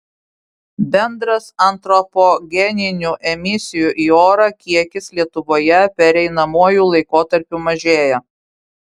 bendras antropogeninių emisijų į orą kiekis lietuvoje pereinamuoju laikotarpiu mažėja